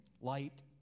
light